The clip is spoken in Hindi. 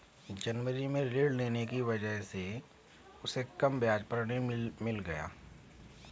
जनवरी में ऋण लेने की वजह से उसे कम ब्याज पर ऋण मिल गया